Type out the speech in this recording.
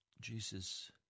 Jesus